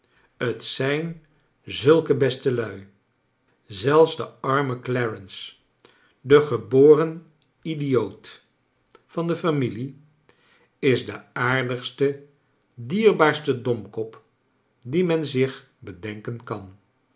t zijn zulke beste lui zelfs de arme kleine clarence de geboren idioot van de familie is de aardigste dierbaarste domkop dien men zich bedenken kan